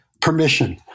permission